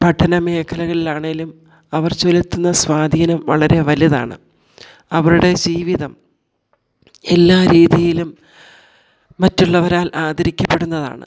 പഠന മേഖലകളിലാണെങ്കിലും അവർ ചെലുത്തുന്ന സ്വാധീനം വളരെ വലുതാണ് അവരുടെ ജീവിതം എല്ലാ രീതിയിലും മറ്റുള്ളവരാൽ ആദരിക്കപ്പെടുന്നതാണ്